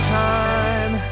time